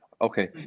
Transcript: Okay